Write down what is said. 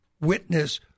witness